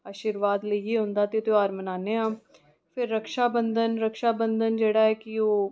आर्शिवाद लेइयै हुंदा ते त्यौहार मनाने आं फिर रक्षाबंदन रक्षाबंदन जेह्ड़ा ऐ कि ओह्